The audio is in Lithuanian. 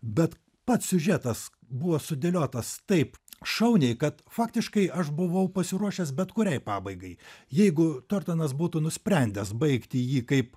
bet pats siužetas buvo sudėliotas taip šauniai kad faktiškai aš buvau pasiruošęs bet kuriai pabaigai jeigu tortonas būtų nusprendęs baigti jį kaip